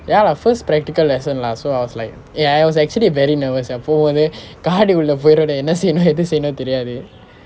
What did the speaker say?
ya lah first practical lesson lah so I was like eh I was actually very nervous sia போமோதே காடி உள்ள போனோடனே என்ன செய்யணும் ஏது செய்யணும் தெரியாது:pomothe kaadi ulla ponodane enna seyyanum aethu seyyanum theriyaathu